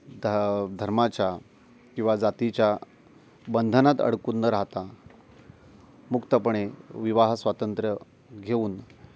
ध धर्माच्या किंवा जातीच्या बंधनात अडकून न राहता मुक्तपणे विवाहस्वातंत्र्य घेऊन